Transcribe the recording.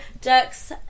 Ducks